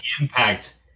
impact